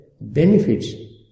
benefits